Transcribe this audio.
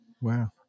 wow